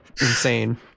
insane